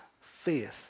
faith